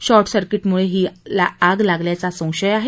शॉर्टसर्किटमुळे ही आग लागल्याचा संशय आहे